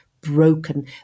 broken